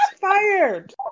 fired